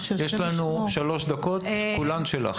יש לך שלוש דקות וכולן שלך.